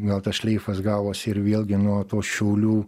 gal tas šleifas gavosi ir vėlgi nuo to šiaulių